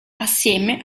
assieme